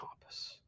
compass